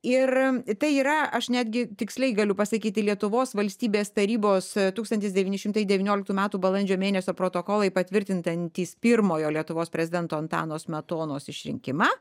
ir tai yra aš netgi tiksliai galiu pasakyti lietuvos valstybės tarybos tūkstantis devyni šimtai devynioliktų metų balandžio mėnesio protokolai patvirtinantys pirmojo lietuvos prezidento antano smetonos išrinkimą